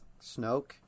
Snoke